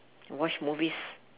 watch movies